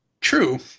True